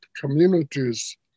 communities